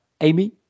Amy